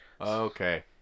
Okay